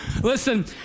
Listen